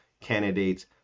candidates